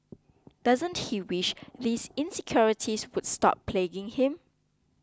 doesn't he wish these insecurities would stop plaguing him